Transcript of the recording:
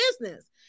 business